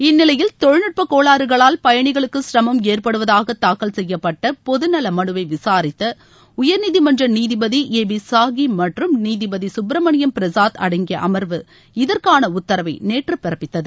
இந்நிலையில் தொழில்நுட்பக் கோளாறுகளால் பயணிகளுக்கு சிரமம் ஏற்படுவதாக தாக்கல் செய்யப்பட்ட பொது நல மனுவை விளரித்த உயர்நீதிமன்ற நீதிபதி ஏ பி சாஹி மற்றும் நீதிபதி சுப்பிரமணியம் பிரசாத் அடங்கிய அமர்வு இதற்கான உத்தரவை நேற்று பிறப்பித்தது